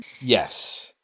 Yes